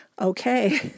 Okay